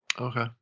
Okay